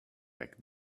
back